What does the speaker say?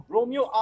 Romeo